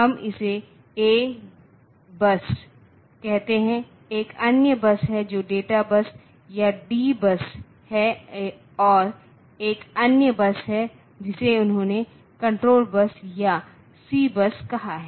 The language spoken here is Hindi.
हम इसे ए बस कहते हैं एक अन्य बस है जो डेटा बस या डी बस है और एक अन्य बस है जिसे उन्होंने कण्ट्रोल बस या सी बस कहा है